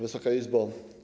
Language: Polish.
Wysoka Izbo!